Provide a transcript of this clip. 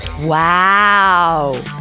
Wow